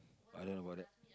I don't about that